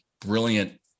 brilliant